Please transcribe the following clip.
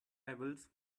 levels